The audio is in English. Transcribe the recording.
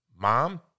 Mom